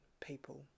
people